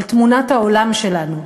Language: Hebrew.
על תמונת העולם שלנו.